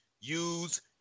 use